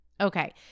Okay